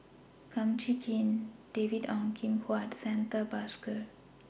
Kum Chee Kin David Ong Kim Huat and Santha Bhaskar